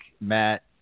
Matt